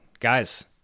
Guys